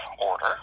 order